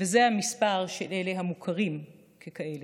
זה המספר של המוכרים ככאלה.